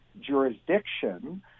jurisdiction